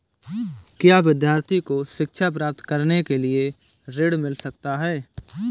क्या विद्यार्थी को शिक्षा प्राप्त करने के लिए ऋण मिल सकता है?